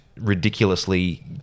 ridiculously